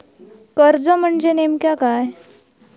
कर्ज म्हणजे नेमक्या काय?